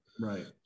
Right